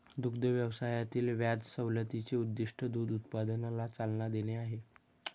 दुग्ध व्यवसायातील व्याज सवलतीचे उद्दीष्ट दूध उत्पादनाला चालना देणे आहे